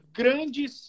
grandes